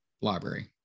library